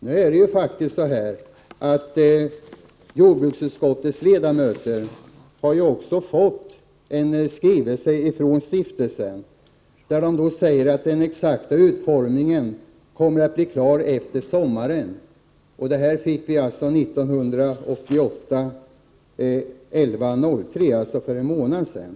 Jordbruksutskottets ledamöter har fått en skrivelse från stiftelsen där det sägs att den exakta utformningen kommer att bli klar efter sommaren. Skrivelsen kom den 3 november 1988, dvs. för en månad sedan.